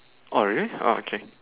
oh really oh okay